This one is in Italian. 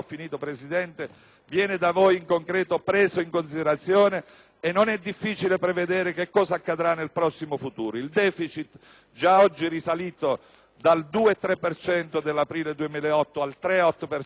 viene da voi in concreto preso in considerazione e non è difficile prevedere che cosa accadrà nel prossimo futuro. Il deficit (già oggi risalito dal 2,3 per cento dell'aprile 2008 al 3,8 per cento)